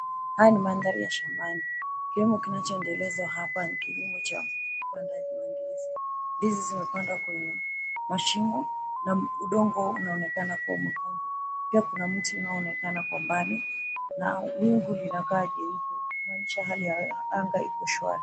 Haya ni mandhari ya shambani. Kilimo kinachoendelezwa hapa ni kilimo cha upandaji wa ndizi. Ndizi zimepandwa kwenye mashimo na udongo unaonekana kuwa mwekundu. Pia kuna mti unaonekana kwa mbali na wingu linakaa jeupe, kumaanisha hali ya anga iko shwari.